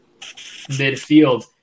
midfield